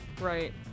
Right